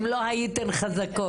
אם לא הייתן חזקות.